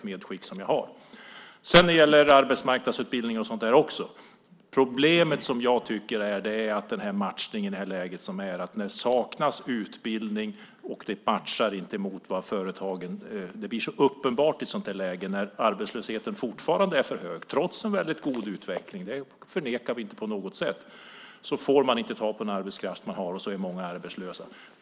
När det gäller arbetsmarknadsutbildning är problemet, som jag ser det, att det saknas utbildning och att det inte matchar mot företagen. Det blir så uppenbart i ett sådant här läge när arbetslösheten fortfarande är hög, trots en väldigt god utveckling, och man inte får tag på den arbetskraft man vill ha och många är arbetslösa.